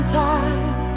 time